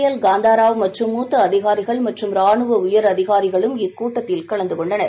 எல்காந்தா ராவ் மற்றும் மூத்த அதிகாரிகள் மற்றும் ரானுவ உயரதிகாரிகளும் இக்கூட்டத்தில் கலந்து கொண்டனர்